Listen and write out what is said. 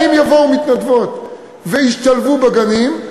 אם יבואו מתנדבות וישתלבו בגנים,